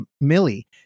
Millie